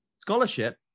scholarship